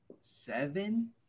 Seven